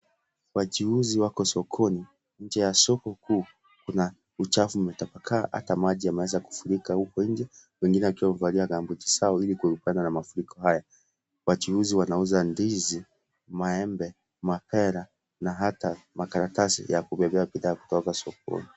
Wachuuzi wako sokoni, nje ya soko kuu kuna uchafu umetapakaa ata maji yameweza kufurika uko nje wengine wakiwa wamevalia gumboots zao ilikuepukana na mafuriko haya, wachuuzi wanauza ndizi, maembe, mapera na hata makaratasi ya kubebea bidhaa kutoka sokoni.